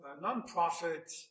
non-profit